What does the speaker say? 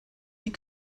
die